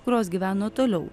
kurios gyveno toliau